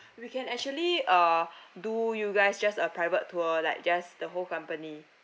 we can actually uh do you guys just a private tour like just the whole company